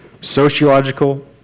sociological